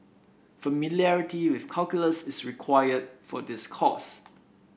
familiarity with calculus is required for this course